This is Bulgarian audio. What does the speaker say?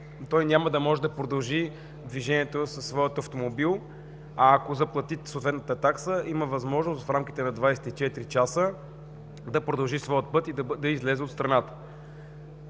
той няма да може да продължи движението със своя автомобил. Ако заплати съответната такса, има възможност в рамките на 24 часа да продължи пътя си и да излезе от страната.